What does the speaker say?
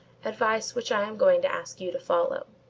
advice which i am going to ask you to follow.